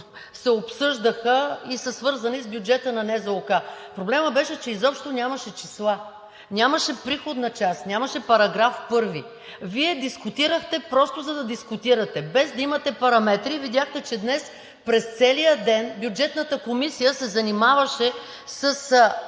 се обсъждаха и са свързани с бюджета на НЗОК. Проблемът беше, че изобщо нямаше числа, нямаше приходна част, нямаше § 1. Вие дискутирахте просто, за да дискутирате, без да имате параметри. Видяхте, че днес през целия ден Бюджетната комисия се занимаваше с